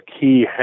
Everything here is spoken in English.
key